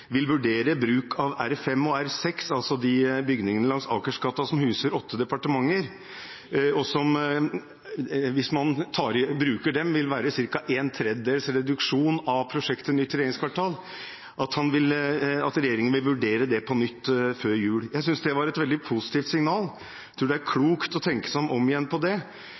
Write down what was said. vil vurdere bruk av R5 og R6, altså de bygningene langs Akersgata som huser åtte departementer, og som, hvis man bruker dem, vil være ca. en tredjedels reduksjon av prosjektet nytt regjeringskvartal, og at regjeringen vil vurdere dette på nytt før jul. Jeg synes det var et veldig positivt signal, jeg tror det er klokt å tenke seg om om igjen når det